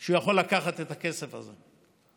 שהוא יכול לקחת את הכסף הזה.